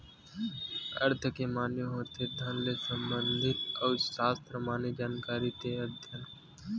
अर्थ के माने होथे धन ले संबंधित अउ सास्त्र माने जानकारी ते अध्ययन